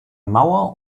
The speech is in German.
mauer